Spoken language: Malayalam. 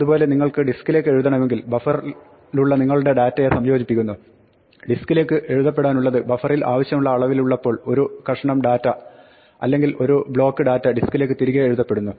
അതുപോലെ നിങ്ങൾക്ക് ഡിസ്ക്കിലേക്ക് എഴുതണമെങ്കിൽ ബഫറിലുള്ള നിങ്ങളുടെ ഡാറ്റയെ സംയോജിപ്പിക്കുന്നു ഡിസ്ക്കിലേക്ക് എഴുതപ്പെടാനുള്ളത് ബഫറിൽ ആവശ്യമുള്ള അളവിലുള്ളപ്പോൾ ഒരു കഷണം ഡാറ്റ അല്ലെങ്കിൽ ഒരു ബ്ലോക്ക് ഡാറ്റ ഡിസ്ക്കിലേക്ക് തിരികെ എഴുതപ്പെടുന്നു